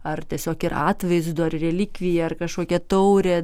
ar tiesiog yra atvaizdo ar relikvija ar kažkokia taurė